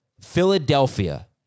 Philadelphia